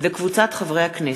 וקבוצת חברי הכנסת.